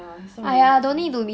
ya he's not really that handsome